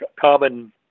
common